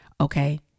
Okay